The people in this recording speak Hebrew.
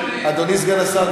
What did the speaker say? אדוני סגן השר,